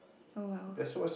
oh wells